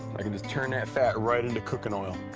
i'm going to turn that fat right into cooking oil.